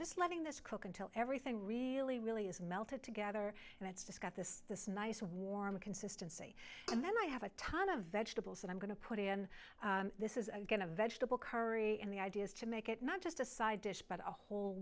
just letting this cook until everything really really is melted together and it's just got this this nice warm consistency and then i have a ton of vegetables and i'm going to put in this is again a vegetable curry and the idea is to make it not just a side dish but a whole